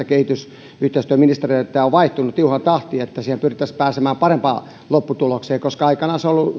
kehitysyhteistyöministerit ovat tässä vaihtuneet tiuhaan tahtiin että pyrittäisiin pääsemään parempaan lopputulokseen koska aikanaan se on ollut